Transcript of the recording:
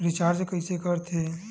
Recharge कइसे कर थे?